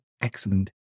excellent